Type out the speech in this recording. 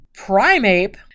Primeape